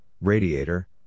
radiator